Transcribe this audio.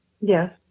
Yes